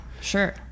Sure